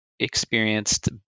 experienced